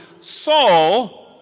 Saul